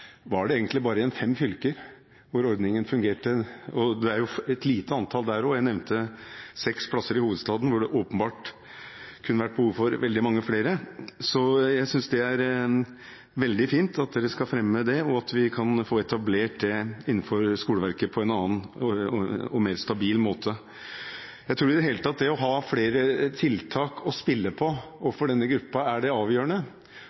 var, tror jeg det egentlig bare var i fem fylker ordningen fungerte, og det var et lite antall der også. Jeg nevnte seks plasser i hovedstaden, der det åpenbart kunne vært behov for veldig mange flere. Jeg synes det er veldig fint at regjeringen skal fremme det, og at vi kan få etablert det innenfor skoleverket på en annen og mer stabil måte. Jeg tror at det i det hele tatt å ha flere tiltak å spille på overfor denne gruppen er det avgjørende.